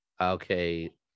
Okay